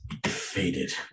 Faded